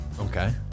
Okay